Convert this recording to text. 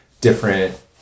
different